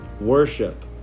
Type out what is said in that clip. Worship